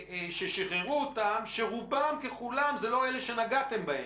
ששחררו אותם שרובם ככולם זה לא אלה שנגעתם בהם.